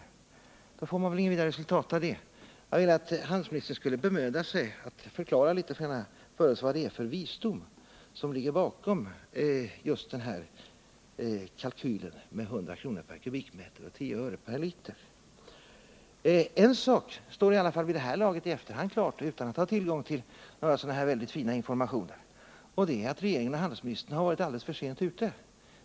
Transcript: Jag skulle önska att handelsministern ville bemöda sig om att förklara litet för mig vad det är för visdom som ligger bakom höjningen av högstpriset på eldningsolja med 100 kr. per kubikmeter och på dieselolja med 10 öre per liter. På vilket sätt utgör den ett incitament till företagen att bygga upp sina lager? En sak står vid det här laget klar, även utan att man har tillgång till de fina informationer som handelsministern har, nämligen att regeringen och handelsministern har varit alldeles för sent ute.